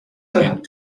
and